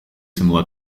similar